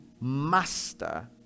master